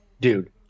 dude